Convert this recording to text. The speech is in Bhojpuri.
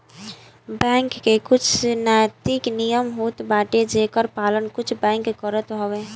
बैंक के कुछ नैतिक नियम होत बाटे जेकर पालन कुछ बैंक करत हवअ